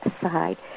side